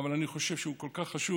אבל אני חושב שזה כל כך חשוב.